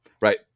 Right